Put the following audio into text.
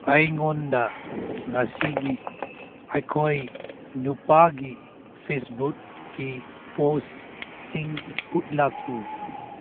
ꯑꯩꯉꯣꯟꯗ ꯉꯁꯤꯒꯤ ꯑꯩꯈꯣꯏ ꯅꯨꯄꯥꯒꯤ ꯐꯦꯁꯕꯨꯛꯀꯤ ꯄꯣꯁꯁꯤꯡ ꯎꯠꯂꯛꯎ